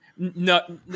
No